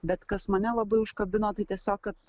bet kas mane labai užkabino tai tiesiog kad